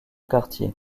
quartier